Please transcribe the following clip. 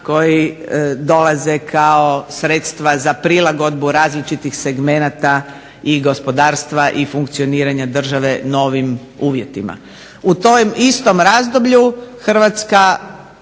koji dolaze kao sredstva za prilagodbu različitih segmenata i gospodarstva i funkcioniranja drave novim uvjetima. U tom istom razdoblju Hrvatska